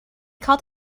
called